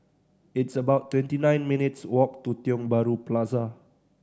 it's about twenty nine minutes' walk to Tiong Bahru Plaza